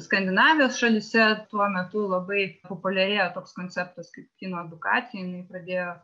skandinavijos šalyse tuo metu labai populiarėja toks konceptas kaip kino edukacija jinai pradėjo